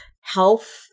health